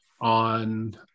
on